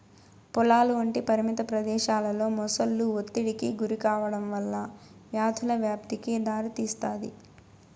పొలాలు వంటి పరిమిత ప్రదేశాలలో మొసళ్ళు ఒత్తిడికి గురికావడం వల్ల వ్యాధుల వ్యాప్తికి దారితీస్తాది